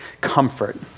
comfort